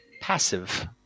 passive